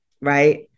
Right